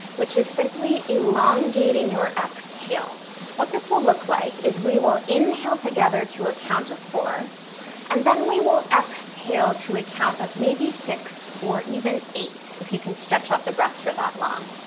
which is simply elongating your exhales. what this will look like is we will inhale together to a count of four and then we will exhale to a count of maybe six or even eight if you can stretch out the breath for that long.